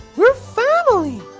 we are family!